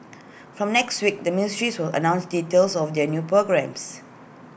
from next week the ministries will announce details of their new programmes